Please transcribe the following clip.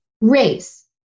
race